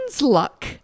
luck